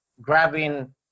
grabbing